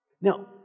Now